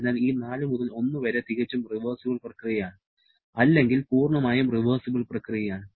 അതിനാൽ ഈ 4 മുതൽ 1 വരെ തികച്ചും റിവേഴ്സിബൽ പ്രക്രിയ ആണ് അല്ലെങ്കിൽ പൂർണ്ണമായും റിവേഴ്സിബൽ പ്രക്രിയയാണ്